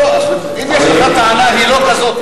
לא, אבל אם יש לך טענה, היא לא כזו.